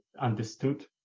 Understood